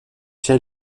ciel